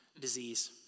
disease